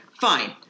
fine